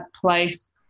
place